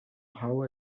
how